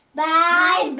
Bye